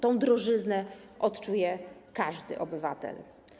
Tę drożyznę odczuje każdy obywatel.